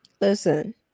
listen